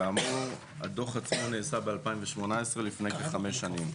כאמור הדו"ח עצמו נעשה ב- 2018 לפני כחמש שנים.